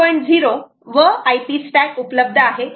0 व IP stack उपलब्ध आहे